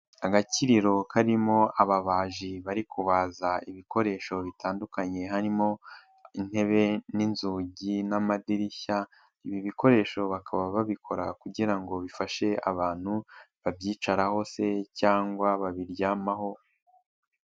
Agakiriro karimo ababaji bari kuba ibikoresho bitandukanye harimo intebe n'inzugi n'amadirishya, ibi bikoresho bakaba babikora kugira ngo bifashe abantu babyicaraho se, cyangwa babiryamaho.